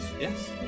yes